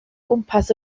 gwmpas